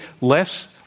less